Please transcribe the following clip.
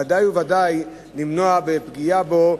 ודאי וודאי למנוע פגיעה בו,